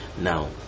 now